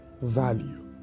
value